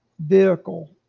vehicle